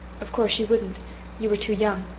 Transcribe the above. of course you wouldn't you were too young.